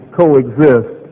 coexist